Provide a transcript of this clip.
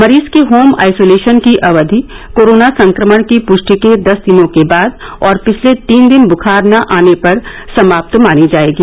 मरीज के home isolation की अवधि कोरोना संक्रमण की पुष्टि के दस दिनों के बाद और पिछले तीन दिन बुखार न आने पर समाप्त मानी जाएगी